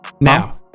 now